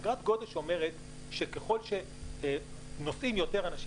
אגרת גודש אומרת שככל שנוסעים יותר אנשים